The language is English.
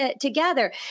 together